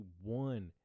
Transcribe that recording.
one